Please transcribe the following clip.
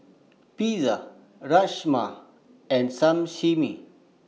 Pizza Rajma and Sashimi